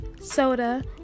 soda